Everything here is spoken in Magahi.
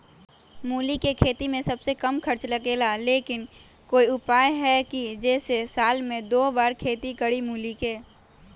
मूली के खेती में सबसे कम खर्च लगेला लेकिन कोई उपाय है कि जेसे साल में दो बार खेती करी मूली के?